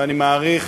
ואני מעריך